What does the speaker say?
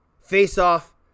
Face-off